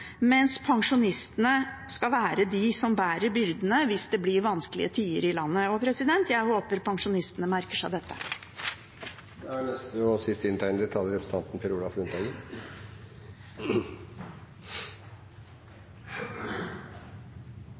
mens pensjonistene skal være de som bærer byrdene hvis det blir vanskelige tider i landet. Jeg håper pensjonistene merker seg dette. Så langt jeg husker, var det som skjedde i 2007 og